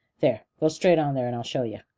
there, go straight on there, and i'll show yer.